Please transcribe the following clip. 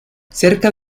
cerca